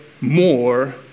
more